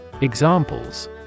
Examples